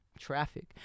traffic